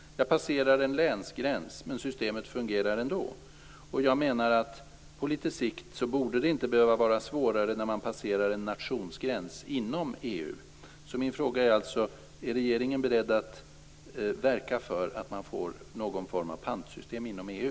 Jag passerar alltså en länsgräns men systemet fungerar ändå. På litet sikt borde inte detta vara svårare när en nationsgräns inom EU passeras. Min fråga är således: Är regeringen beredd att verka för någon form av pantsystem inom EU?